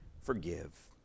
forgive